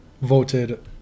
voted